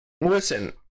Listen